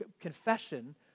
Confession